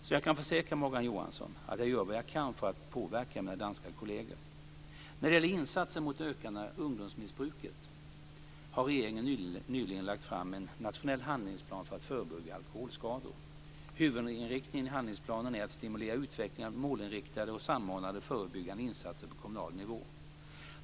Så jag kan försäkra Morgan Johansson att jag gör vad jag kan för att påverka mina danska kolleger. När det gäller insatser mot det ökande ungdomsmissbruket har regeringen nyligen lagt fram en nationell handlingsplan för att förebygga alkoholskador. Huvudinriktningen i handlingsplanen är att stimulera utvecklingen av målinriktade och samordnade förebyggande insatser på kommunal nivå.